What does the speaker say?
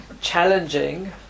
challenging